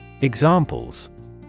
Examples